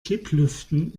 kipplüften